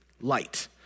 light